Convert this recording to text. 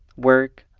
work.